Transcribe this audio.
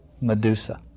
Medusa